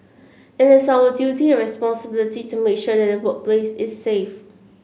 it is our duty and responsibility to make sure that the workplace is safe